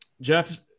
Jeff